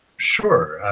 sure,